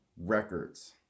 Records